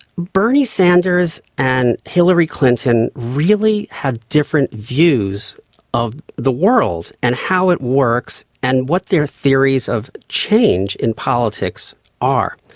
bernie sanders and hillary clinton really have different views of the world and how it works and what their theories of change in politics are.